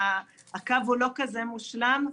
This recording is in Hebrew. הקו הוא לא כזה מושלם.